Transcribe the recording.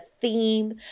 theme